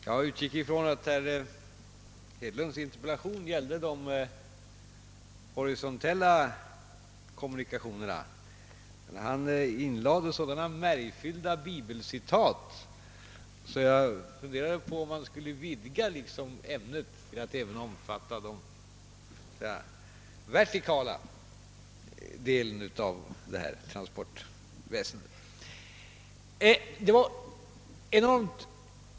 Jag utgick från att herr Hedlunds interpellation gällde de horisontella kommunikationerna, men han inlade så märgfyllda bibelcitat i sitt anförande att jag funderar på om man skall vidga ämnet till att omfatta även de så att säga vertikala kommunikationerna.